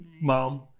Mom